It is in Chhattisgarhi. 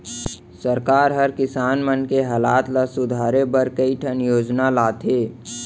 सरकार हर किसान मन के हालत ल सुधारे बर कई ठन योजना लाथे